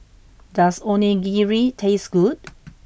does Onigiri taste good